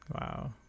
Wow